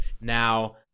Now